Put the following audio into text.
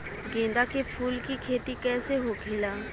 गेंदा के फूल की खेती कैसे होखेला?